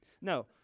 no